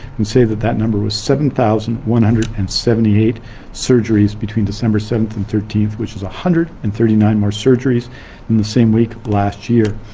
and say that that number was seven thousand one hundred and seventy eight surgeries between december seven and thirteen, which is one hundred and thirty nine more surgeries in the same week last year,